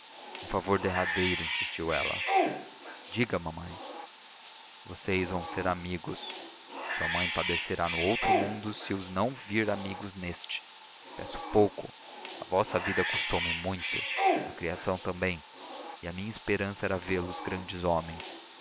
favor derradeiro insistiu ela diga mamãe vocês vão ser amigos sua mãe padecerá no outro mundo se os não vir amigos neste peço pouco a vossa vida custou-me muito a criação também e a minha esperança era vê-los grandes homens